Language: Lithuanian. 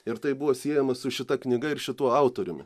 ir tai buvo siejama su šita knyga ir šituo autoriumi